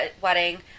wedding